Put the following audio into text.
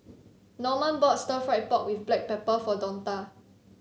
Norman bought Stir Fried Pork with Black Pepper for Donta